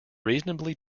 reasonably